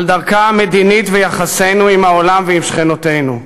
על דרכה המדינית ועל יחסינו עם העולם ועם שכנותינו,